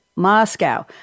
Moscow